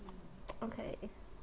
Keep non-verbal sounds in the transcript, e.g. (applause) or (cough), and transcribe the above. (noise) okay